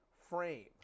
frame